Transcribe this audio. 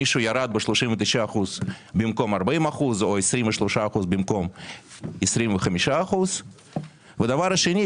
מישהו ירד ב-39% במקום 40% או 23% במקום 25%. והדבר השני,